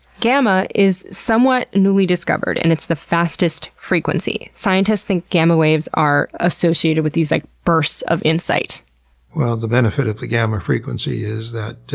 gamma is somewhat newly discovered and is the fastest frequency. scientists think gamma waves are associated with these, like, bursts of insight. well the benefit of the gamma frequency is that,